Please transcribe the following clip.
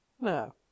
No